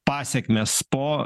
pasekmės po